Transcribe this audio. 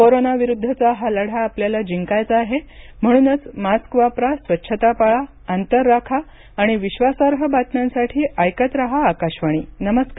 कोरोनाविरुद्धचा हा लढा आपल्याला जिंकायचा आहे म्हणूनच मास्क वापरा स्वच्छता पाळा अंतर राखा आणि विश्वासार्ह बातम्यांसाठी ऐकत रहा आकाशवाणी नमस्कार